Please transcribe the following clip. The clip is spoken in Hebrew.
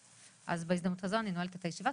אז בהזדמנות הזו אני נועלת את הישיבה,